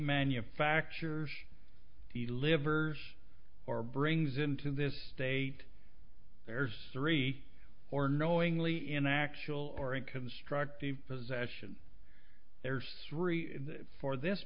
manufactures he delivers or brings into this state there's three or knowingly in actual or in constructive possession there's three for this